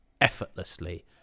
effortlessly